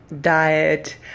diet